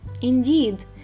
Indeed